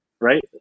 right